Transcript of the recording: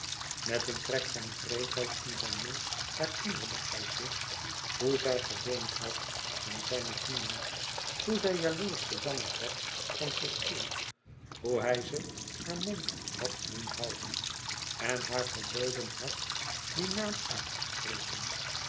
met een trek van wreedheid om zijn mond herinnerde hij zich hoe zij geweend had aan zijne knieën hoe zij jaloersch gejammerd had van cecile hoe hij ze haar mond had doen houden en haar verboden had dien naam uit te spreken